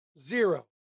zero